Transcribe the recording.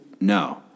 no